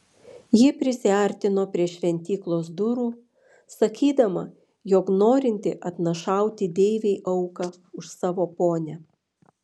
ji prisiartino prie šventyklos durų sakydama jog norinti atnašauti deivei auką už savo ponią